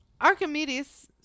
archimedes